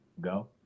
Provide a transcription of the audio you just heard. go